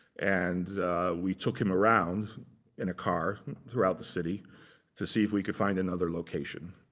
and we took him around in a car throughout the city to see if we could find another location.